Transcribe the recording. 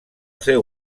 seu